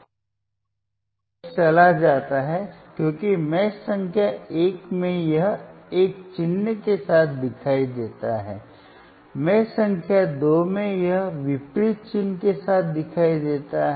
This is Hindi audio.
Vx चला जाता है क्योंकि मेष संख्या 1 में यह एक चिन्ह के साथ दिखाई देता है मेष संख्या 2 में यह विपरीत चिन्ह के साथ दिखाई देता है